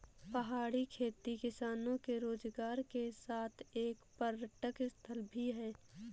पहाड़ी खेती किसानों के रोजगार के साथ एक पर्यटक स्थल भी है